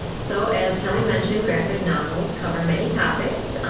so, as kelley mentioned, graphic novels cover many topics.